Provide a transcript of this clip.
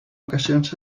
ocasions